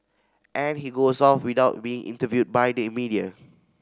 and he goes off without being interviewed by the media